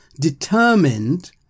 determined